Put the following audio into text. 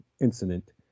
incident